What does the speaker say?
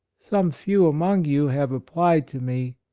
some few among you have applied to me,